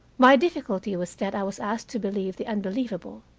my difficulty was that i was asked to believe the unbelievable.